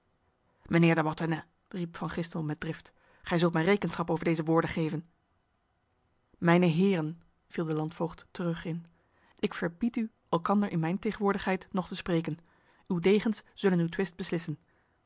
de mortenay riep van gistel met drift gij zult mij rekenschap over deze woorden geven mijne heren viel de landvoogd terug in ik verbied u elkander in mijn tegenwoordigheid nog te spreken uw degens zullen uw twist beslissen